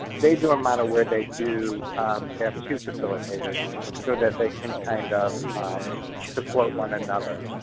they do a model where they do, they have two facilitators so that they can kind of um support one another.